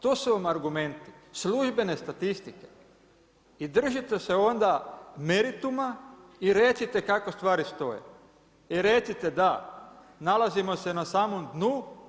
To su vam argumenti službene statistike i držite se onda merituma i recite kako stvari stoje i recite da, nalazimo se na samom dnu.